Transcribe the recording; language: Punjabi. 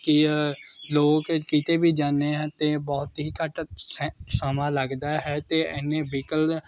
ਕਿ ਲੋਕ ਕਿਤੇ ਵੀ ਜਾਂਦੇ ਹਾਂ ਅਤੇ ਬਹੁਤ ਹੀ ਘੱਟ ਸੈ ਸਮਾਂ ਲੱਗਦਾ ਹੈ ਅਤੇ ਇੰਨੇ ਵਹੀਕਲ